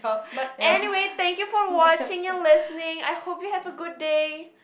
but anyway thank you for watching and listening I hope you have a good day